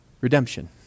Redemption